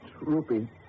rupee